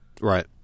Right